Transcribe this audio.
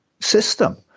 system